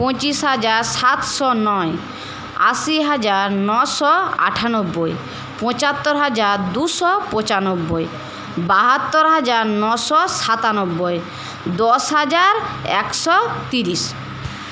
পঁচিশ হাজার সাতশো নয় আশি হাজার নশো আটানব্বই পঁচাত্তর হাজার দুশো পঁচানব্বই বাহাত্তর হাজার নশো সাতানব্বই দশ হাজার একশো তিরিশ